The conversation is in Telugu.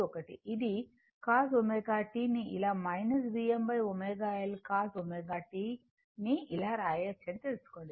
cos ω t ని ఇలా Vmω L cos ω tని ఇలా రాయొచ్చని తెలుసుకోండి